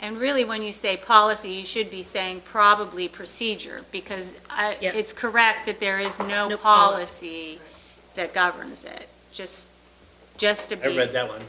and really when you say policy should be saying probably procedure because i it's correct that there is no policy that governs that just just to prevent that one